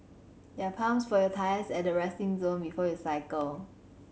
there are pumps for your tyres at the resting zone before you cycle